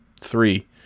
three